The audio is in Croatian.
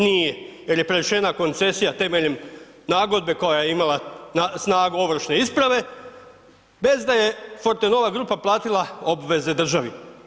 Nije jer je prenesena koncesija temeljem nagodbe koja je imala snagu ovršne isprave bez da je Fortenova grupa platila obveze države.